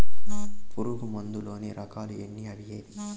పులుగు మందు లోని రకాల ఎన్ని అవి ఏవి?